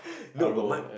no but my